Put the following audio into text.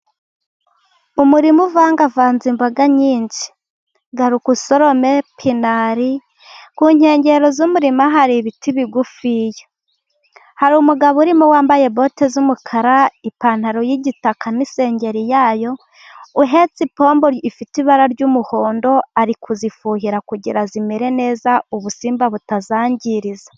Umurima uvangavanze imboga nyinshi garuka usorome pinari, ku nkengero z'umurima hari ibiti bigufiya, hari umugabo urimo wambaye bote z'umukara, ipantaro y'igitaka n'isengeri yayo, uhetse ipombo ifite ibara ry'umuhondo, ariko kuzifuhira kugira zimere neza ubusimba butazangiriza.